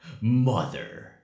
Mother